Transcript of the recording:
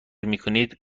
میکنید